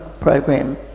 program